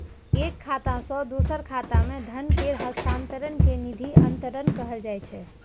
एक खाता सं दोसर खाता मे धन केर हस्तांतरण कें निधि अंतरण कहल जाइ छै